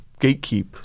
gatekeep